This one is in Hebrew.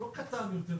הוא לא קטן יותר,